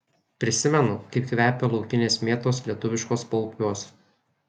prisimenu kaip kvepia laukinės mėtos lietuviškuos paupiuos